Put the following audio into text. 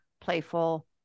playful